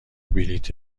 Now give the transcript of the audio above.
بلیط